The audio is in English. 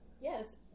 yes